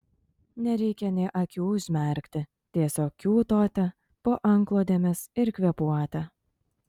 nereikia nė akių užmerkti tiesiog kiūtoti po antklodėmis ir kvėpuoti